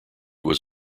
was